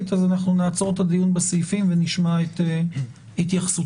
אנחנו נעצור את הדיון בסעיפים ונשמע את התייחסותם.